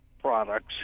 products